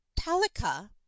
talika